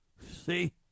See